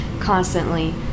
Constantly